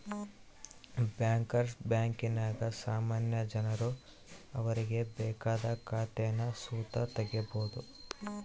bankers ಬ್ಯಾಂಕಿನಾಗ ಸಾಮಾನ್ಯ ಜನರು ಅವರಿಗೆ ಬೇಕಾದ ಖಾತೇನ ಸುತ ತಗೀಬೋದು